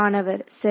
மாணவர்சரி